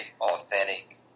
authentic